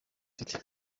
afite